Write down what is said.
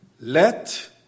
Let